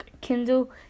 Kindle